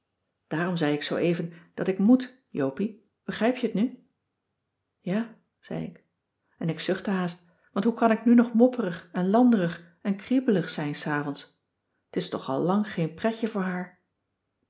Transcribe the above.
daarom zei ik zooeven dat ik moèt jopie begrijp je het nu ja zei ik en ik zuchtte haast want hoe kan ik nu nog mopperig en landerig en kriebelig zijn s avonds t is toch al lang geen pretje voor haar